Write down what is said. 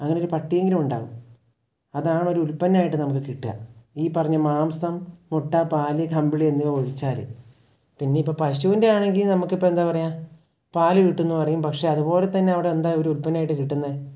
അങ്ങനെയൊരു പട്ടിയെങ്കിലും ഉണ്ടാവും അതാണൊരു ഉൽപ്പന്നമായിട്ട് നമുക്ക് കിട്ടുക ഈ പറഞ്ഞ മാംസം മുട്ട പാൽ കമ്പിളി എന്നിവ ഒഴിച്ചാൽ പിന്നെ ഇപ്പം പശുവിൻ്റെ ആണെങ്കിൽ നമുക്കിപ്പം എന്താ പറയുക പാൽ കിട്ടും എന്നു പറയും പക്ഷെ അതുപോലെതന്നെ അവിടെ എന്താ ഒരു ഉൽപ്പന്നമായിട്ട് കിട്ടുന്നത്